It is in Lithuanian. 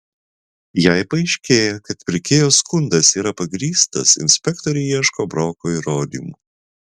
jei paaiškėja kad pirkėjo skundas yra pagrįstas inspektoriai ieško broko įrodymų